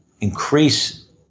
increase